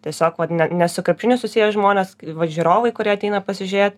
tiesiog vat ne ne su krepšiniu susiję žmonės vat žiūrovai kurie ateina pasižiūrėt